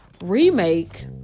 remake